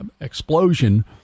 explosion